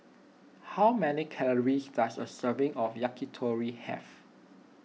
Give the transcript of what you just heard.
how many calories does a serving of Yakitori have